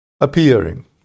appearing